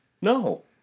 No